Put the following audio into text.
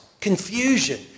confusion